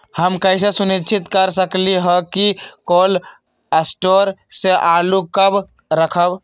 हम कैसे सुनिश्चित कर सकली ह कि कोल शटोर से आलू कब रखब?